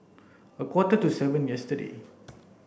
a quarter to seven yesterday